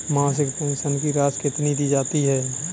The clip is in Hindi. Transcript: मासिक पेंशन की राशि कितनी दी जाती है?